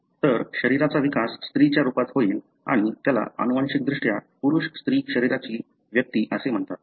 तर शरीराचा विकास स्त्रीच्या रूपात होईल आणि त्याला अनुवांशिकदृष्ट्या पुरुष स्त्री शरीराची व्यक्ती असे म्हणतात